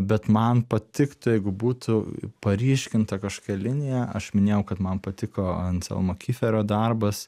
bet man patiktų jeigu būtų paryškinta kažkokia linija aš minėjau kad man patiko anzelmo kiferio darbas